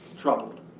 troubled